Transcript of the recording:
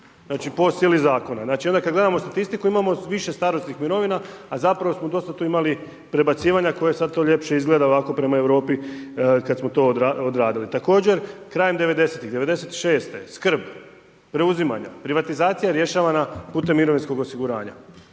znači po sili zakona. Znači onda kad gledamo statistiku imamo više starosnih mirovina a zapravo smo dosta tu imali prebacivanja koje sad to ljepše izgleda ovako prema Europi kad smo to odradili. Također, krajem 90-ih, '96., skrb preuzimanja, privatizacija rješavana putem mirovinskog osiguranja.